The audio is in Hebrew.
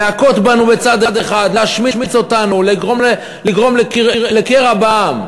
להכות בנו בצד אחד, להשמיץ אותנו, לגרום לקרע בעם.